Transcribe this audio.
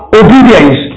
obedience